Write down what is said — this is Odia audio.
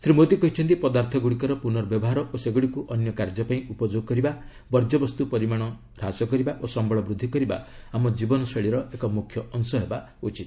ଶ୍ରୀ ମୋଦୀ କହିଛନ୍ତି ପଦାର୍ଥଗୁଡ଼ିକର ପୁନର୍ବ୍ୟବହାର ଓ ସେଗୁଡ଼ିକୁ ଅନ୍ୟ କାର୍ଯ୍ୟ ପାଇଁ ଉପଯୋଗ କରିବା ବର୍ଜ୍ୟବସ୍ତୁ ପରିମାଣ ହ୍ରାସ କରିବା ଓ ସମ୍ଭଳ ବୃଦ୍ଧି କରିବା ଆମ ଜୀବନଶୈଳୀର ଏକ ମୁଖ୍ୟ ଅଂଶ ହେବା ଭଚିତ